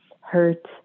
hurt